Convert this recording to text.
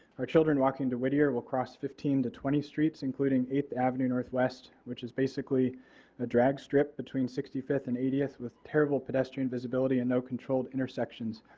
our children walking to whittier will cross fifteen to twenty streets including eighth ave, northwest which is basically a dragstrip between sixty fifth and eightieth what terrible pedestrian visibility and no controlled intersections.